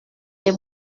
les